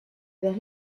vers